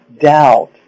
doubt